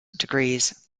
degrees